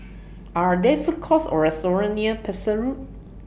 Are There Food Courts Or restaurants near Pesek Road